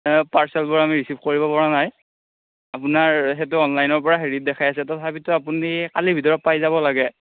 পাৰ্চেলবোৰ আমি ৰিচিভ কৰিব পৰা নাই আপোনাৰ সেইটো অনলাইনৰ পৰা হেৰিত দেখাই আছে তথাপিতো আপুনি কালিৰ ভিতৰত পাই যাব লাগে